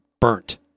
burnt